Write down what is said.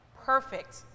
perfect